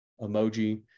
emoji